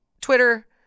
Twitter